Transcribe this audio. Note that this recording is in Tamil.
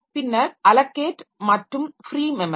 பின்னர் அலோகேட் மற்றும் ஃப்ரீ மெமரி